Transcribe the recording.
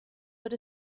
but